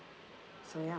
so ya